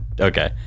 Okay